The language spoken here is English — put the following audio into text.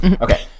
Okay